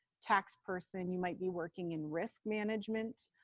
tax person. you might be working in risk management.